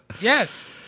yes